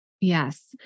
Yes